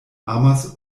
amas